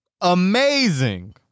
amazing